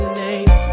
name